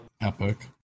Epic